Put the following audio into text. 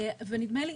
ונדמה לי,